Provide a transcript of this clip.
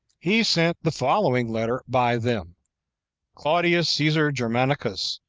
he sent the following letter by them claudius caesar germanicus,